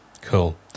cool